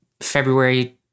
February